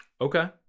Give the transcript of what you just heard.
okay